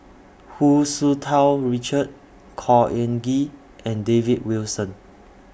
Hu Tsu Tau Richard Khor Ean Ghee and David Wilson